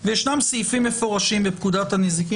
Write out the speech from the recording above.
זה - ויש סעיפים מפורשים בפקודת הנזיקין